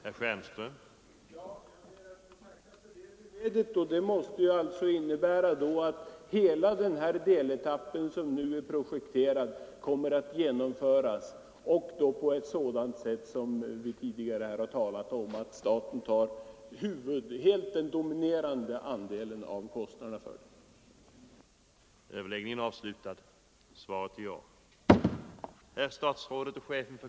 Herr talman! Jag ber att få tacka för det beskedet. Det måste alltså innebära Torsdagen den att hela den deletapp som nu är projekterad kommer att genomföras på 31 oktober 1974 ett sådant sätt som vi tidigare har talat om, dvs. att staten tar den helt = dominerande andelen av kostnaderna. Ang. principerna för